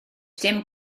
dim